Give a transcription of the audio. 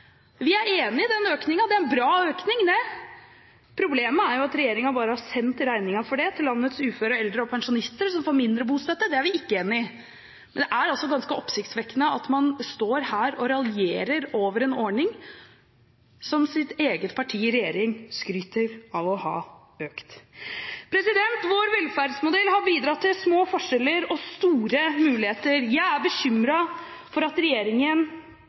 Vi er enig i den økningen, det er en bra økning. Problemet er bare at regjeringen har sendt regningen for dette til landets uføre, eldre og pensjonister, som får mindre bostøtte. Det er vi ikke enig i. Det er ganske oppsiktsvekkende at man står her og raljerer over en ordning som ens eget parti i regjering skryter av å ha styrket. Vår velferdsmodell har bidratt til små forskjeller og store muligheter. Jeg er bekymret for at regjeringen